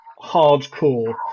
hardcore